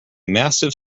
massive